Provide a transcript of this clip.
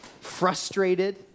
frustrated